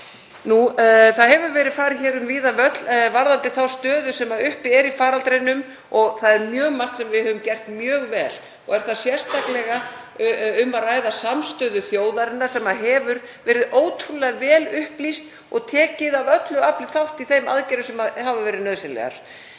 Það hefur verið farið um víðan völl varðandi þá stöðu sem uppi er í faraldrinum. Það er mjög margt sem við höfum gert mjög vel og er þar sérstaklega um að ræða samstöðu þjóðarinnar, sem hefur verið ótrúlega vel upplýst og tekið af öllu afli þátt í þeim aðgerðum sem hafa verið nauðsynlegar,